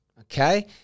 okay